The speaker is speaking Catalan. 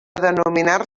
denominar